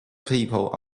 people